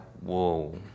whoa